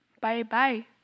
Bye-bye